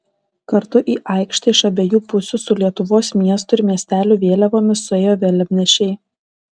kartu į aikštę iš abiejų pusių su lietuvos miestų ir miestelių vėliavomis suėjo vėliavnešiai